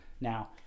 Now